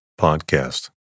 podcast